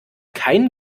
kein